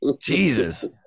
Jesus